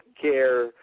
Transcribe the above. care